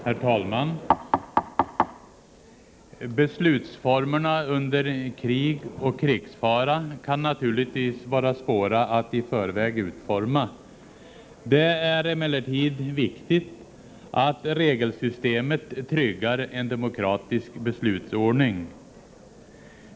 Herr talman! Beslutsformerna under krig och krigsfara kan naturligtvis vara svåra att i förväg utforma. Det är emellertid viktigt att regelsystemet tryggar en demokratisk beslutsordning.